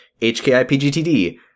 HKIPGTD